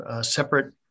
separate